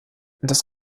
das